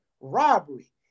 robbery